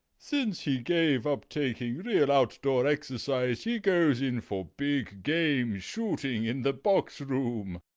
since he gave up taking real outdoor exercise he goes in for big-game shooting in the box room.